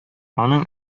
аның